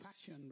fashion